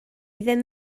ddim